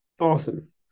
Awesome